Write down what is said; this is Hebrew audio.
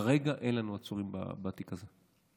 כרגע אין לנו עצורים בתיק הזה.